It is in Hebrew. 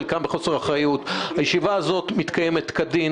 חלקם בחוסר אחריות: הישיבה הזו מתקיימת כדין